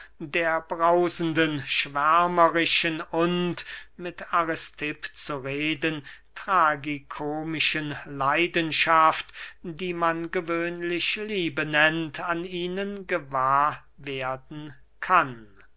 der brausenden schwärmerischen und mit aristipp zu reden tragikomischen leidenschaft die man gewöhnlich liebe nennt an ihnen gewahr werden kann